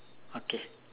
okay